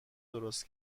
درست